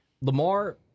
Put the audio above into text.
Lamar